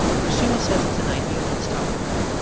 cristina says it's an idea that stuck with her.